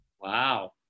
Wow